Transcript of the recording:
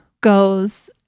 goes